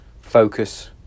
focus